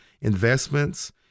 investments